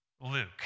Luke